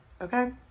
Okay